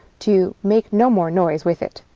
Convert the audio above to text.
to make no more noise with it.